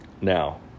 Now